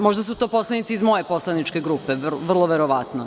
Možda su to poslanici iz moje poslaničke grupe, vrlo verovatno.